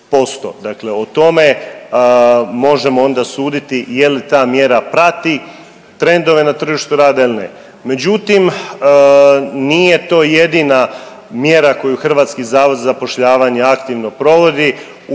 Dakle, o tome možemo onda suditi je li ta mjera prati trendove na tržištu rada ili ne. Međutim, nije to jedina mjera koju HZZ aktivno provodi.